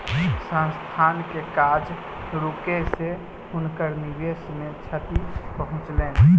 संस्थान के काज रुकै से हुनकर निवेश के क्षति पहुँचलैन